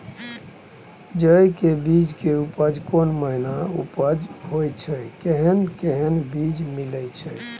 जेय के बीज के उपज कोन महीना उपज होय छै कैहन कैहन बीज मिलय छै?